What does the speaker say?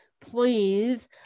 please